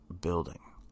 building